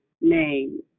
name